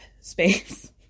Space